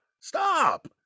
Stop